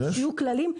שיהיו כללים,